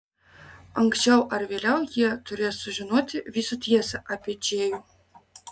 anksčiau ar vėliau jie turės sužinoti visą tiesą apie džėjų